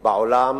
בעולם